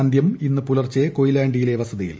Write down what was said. അന്തൃം ഇന്ന് പുലർച്ചെ കൊയിലാണ്ടിയിലെ വസതിയിൽ